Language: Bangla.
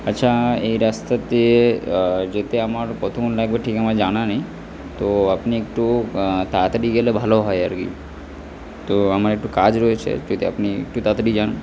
আচ্ছা এই রাস্তা দিয়ে যেতে আমার কতক্ষণ লাগবে ঠিক আমার জানা নেই তো আপনি একটু তাড়াতাড়ি গেলে ভালো হয় আর কি তো আমার একটু কাজ রয়েছে আপনি একটু তাড়াতাড়ি যান